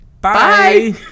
Bye